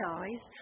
eyes